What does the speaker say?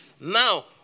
Now